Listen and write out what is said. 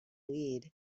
lead